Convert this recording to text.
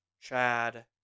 Chad